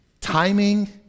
timing